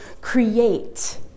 create